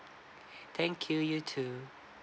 thank you you too